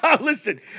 Listen